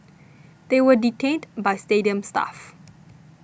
they were detained by stadium staff